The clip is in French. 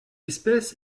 espèce